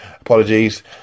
Apologies